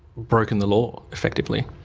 broken the law, effectively?